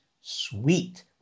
sweet